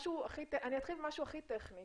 משהו טכני,